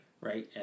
Right